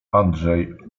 andrzej